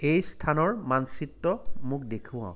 এই স্থানৰ মানচিত্ৰ মোক দেখুওৱা